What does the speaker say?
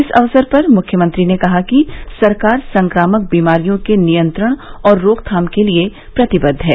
इस अवसर पर मुख्यमंत्री ने कहा कि सरकार संक्रामक बीमारियों के नियंत्रण और रोकथाम के लिये प्रतिबद्ध है